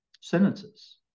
sentences